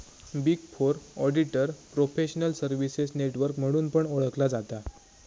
big four auditor professional services network म्हणून पण ओळखला जाता